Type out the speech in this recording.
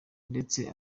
ndetse